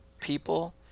people –